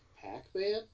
Pac-Man